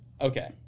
okay